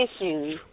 issues